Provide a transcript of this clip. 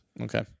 Okay